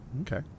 Okay